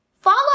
Follow